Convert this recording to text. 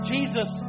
Jesus